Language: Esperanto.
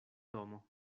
domo